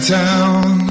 town